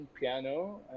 piano